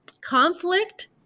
conflict